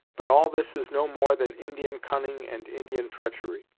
but all this is no more than indian cunning and indian treachery,